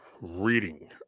reading